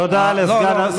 תודה לסגן,